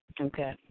Okay